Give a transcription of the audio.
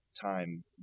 Time